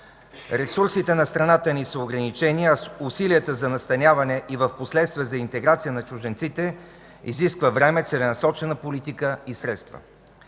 Ресурсите на страната ни са ограничени, а усилията за настаняване и впоследствие – за интеграция на чужденците, изискват време, целенасочена политика и средства.